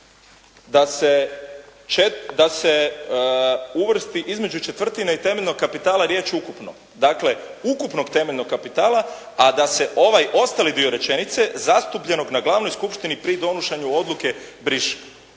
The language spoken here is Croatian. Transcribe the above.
da se uvrsti između četvrtine i temeljenog kapitala riječ: "ukupno", dakle "ukupnog temeljnog kapitala" a da se ovaj ostali dio rečenice: "zastupljenog na glavnoj skupštini pri donošenju odluke" briše